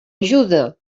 ajuda